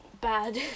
bad